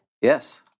Yes